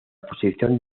posición